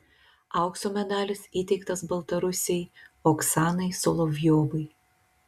aukso medalis įteiktas baltarusei oksanai solovjovai